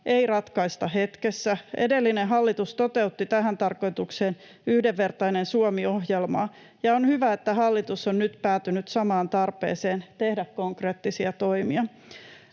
ei ratkaista hetkessä. Edellinen hallitus toteutti tähän tarkoitukseen Yhdenvertainen Suomi ‑ohjelmaa, ja on hyvä, että hallitus on nyt päätynyt samaan tarpeeseen, tehdä konkreettisia toimia.